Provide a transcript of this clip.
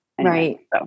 Right